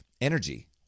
energy